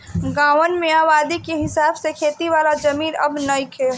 गांवन में आबादी के हिसाब से खेती वाला जमीन अब नइखे